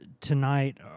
tonight